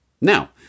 Now